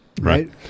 Right